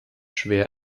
schwer